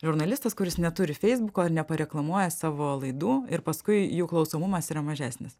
žurnalistas kuris neturi feisbuko ir nepareklamuoja savo laidų ir paskui jų klausomumas yra mažesnis